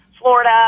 florida